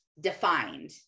Defined